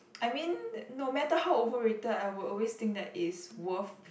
I mean no matter how overrated I would always think it is worth